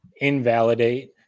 invalidate